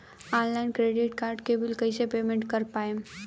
Online credit card के bill कइसे payment कर पाएम?